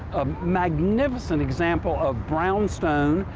magnificent example of brownstone,